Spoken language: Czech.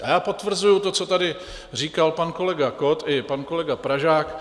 A já potvrzuji to, co tady říkal pan kolega Kott i pan kolega Pražák.